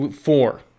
four